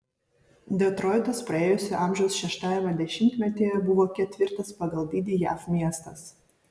detroitas praėjusio amžiaus šeštajame dešimtmetyje buvo ketvirtas pagal dydį jav miestas